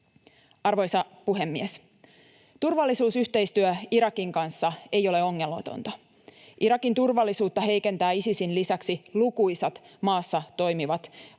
Arvoisa puhemies! Turvallisuusyhteistyö Irakin kanssa ei ole ongelmatonta. Irakin turvallisuutta heikentävät Isisin lisäksi lukuisat maassa toimivat